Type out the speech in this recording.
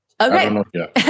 Okay